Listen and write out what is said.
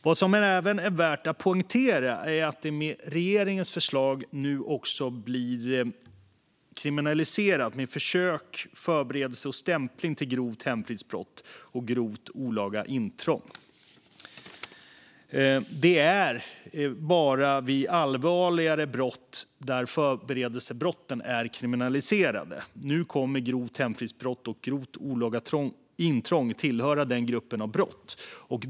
Vad som även är värt att poängtera är att med regeringens förslag blir försök, förberedelse och stämpling till grovt hemfridsbrott och grovt olaga intrång kriminaliserat. Det är bara vid allvarligare brott där förberedelsebrotten är kriminaliserade, och nu kommer alltså grovt hemfridsbrott och grovt olaga intrång att tillhöra den gruppen av brott.